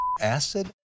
acid